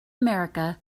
america